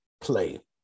play